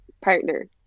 Partner